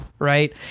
Right